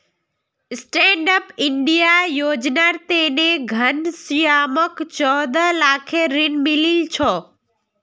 stand up India योजनार तने घनश्यामक चौदह लाखेर ऋण मिलील छ